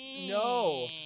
No